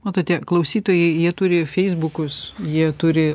matote klausytojai jie turi feisbukus jie turi